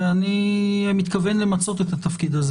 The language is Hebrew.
ואני מתכוון למצות את התפקיד הזה